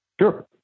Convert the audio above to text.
Sure